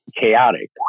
chaotic